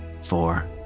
four